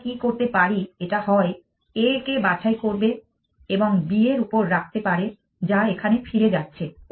আমরা কী করতে পারি এটা হয় A কে বাছাই করবে এবং B এর উপর রাখতে পারে যা এখানে ফিরে যাচ্ছে